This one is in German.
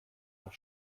das